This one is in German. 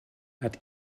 hat